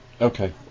okay